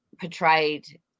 portrayed